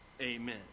amen